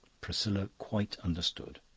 priscilla quite understood.